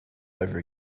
over